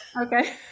Okay